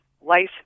life